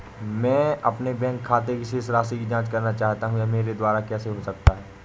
मैं अपने बैंक खाते की शेष राशि की जाँच करना चाहता हूँ यह मेरे द्वारा कैसे हो सकता है?